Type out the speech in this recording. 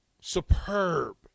superb